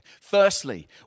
Firstly